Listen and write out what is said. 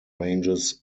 ranges